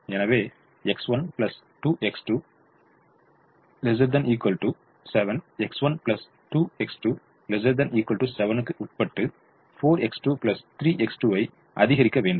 எனவே X1 2X2 ≤ 7 X1 2X2 ≤ 7 க்கு உட்பட்டு 4X1 3X2 ஐ அதிகரிக்க வேண்டும்